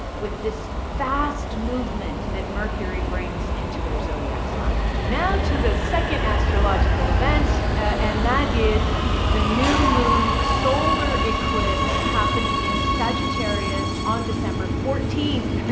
with this fast movement that mercury brings into their zodiac sign now to the second astrological event. and that is the new moon solar eclipse happening in sagittarius on december fourteenth.